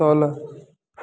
तल